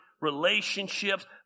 relationships